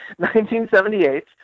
1978